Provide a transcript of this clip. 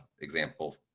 example